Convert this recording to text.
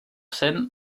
seine